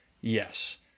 Yes